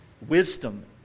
wisdom